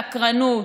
סקרנות,